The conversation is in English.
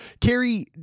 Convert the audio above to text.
Carrie